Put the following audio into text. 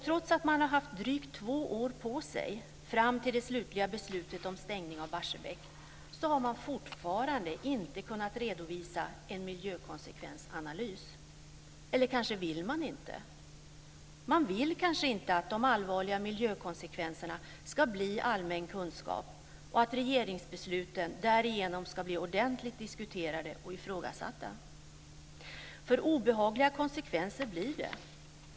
Trots att man har haft drygt två år på sig fram till det definitiva beslutet om stängning av Barsebäck har man fortfarande inte kunnat redovisa en miljökonsekvensanalys. Eller kanske vill man inte. Man vill kanske inte att de allvarliga miljökonsekvenserna ska bli allmän kunskap och att regeringsbesluten därigenom ska bli ordentligt diskuterade och ifrågasatta. För obehagliga konsekvenser blir det.